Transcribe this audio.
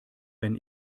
wenn